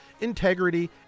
integrity